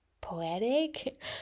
poetic